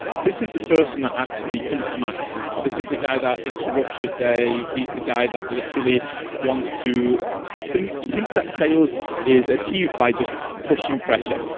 this is the person actually comes to mind. this is the guy that interrupts your day. he's the guy that literally wants to think think that sales is achieved by just pushing pressure.